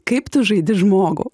kaip tu žaidi žmogų